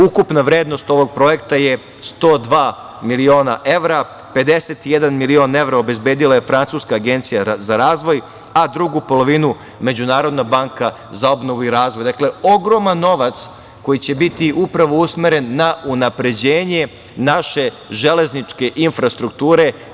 Ukupna vrednost ovog projekta je 102 miliona evra, 51 milion evra obezbedila je Francuska agencija za razvoj, a drugu polovinu Međunarodna banka za obnovu i razvoj, dakle, ogroman novac koji će biti upravo usmeren na unapređenje naše železničke infrastrukture.